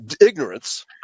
ignorance